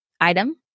item